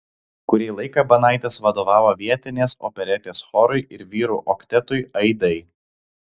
kurį laiką banaitis vadovavo vietinės operetės chorui ir vyrų oktetui aidai